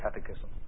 Catechism